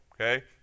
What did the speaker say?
okay